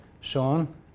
Sean